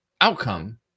outcome